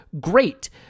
great